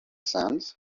sense